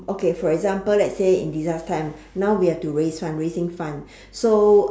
okay for example let's say in disaster time now we have to raise funds raising funds so